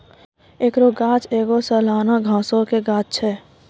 एकरो गाछ एगो सलाना घासो के गाछ छै